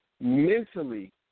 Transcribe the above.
Mentally